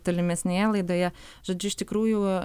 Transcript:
tolimesnėje laidoje žodžiu iš tikrųjų